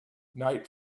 night